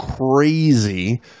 crazy